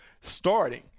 starting